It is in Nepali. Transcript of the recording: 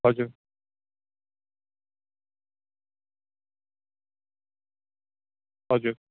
हजुर हजुर